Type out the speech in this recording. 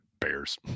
Bears